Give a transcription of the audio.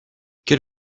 quel